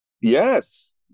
Yes